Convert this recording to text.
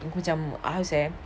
tunggu macam how to say ah